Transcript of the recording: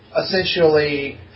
essentially